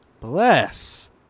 bless